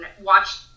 watch